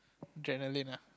adrenaline ah